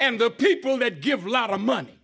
and the people that give lot of money